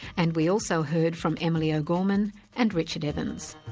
and we also heard from emily o'gorman and richard evans.